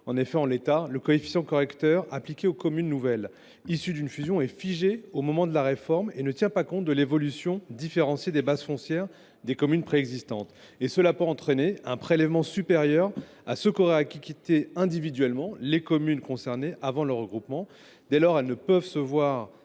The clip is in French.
En effet, en l’état, le coefficient correcteur appliqué aux communes nouvelles issues d’une fusion est figé au moment de la réforme ; il ne tient pas compte de l’évolution différenciée des bases foncières des communes préexistantes. Cela peut entraîner un prélèvement supérieur à l’addition de ce qu’auraient acquitté individuellement les communes concernées avant leur regroupement. Dès lors, celles ci peuvent se voir